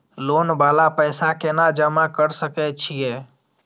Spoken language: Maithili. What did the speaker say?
लोन वाला पैसा केना जमा कर सके छीये?